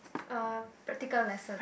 uh practical lesson